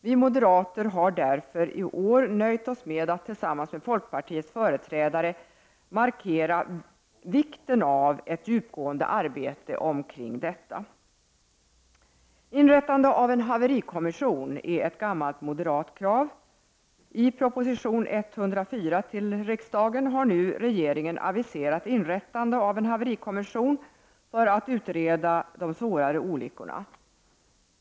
Vi moderater har därför i år nöjt oss med att tillsammans med folkpartiets företrädare markera vikten av ett djupgående arbete med detta. Inrättandet av en haverikommission är ett gammalt moderat krav. I proposition 104 har nu regeringen aviserat inrättandet av en haverikommission för att utreda de svårare olyckorna.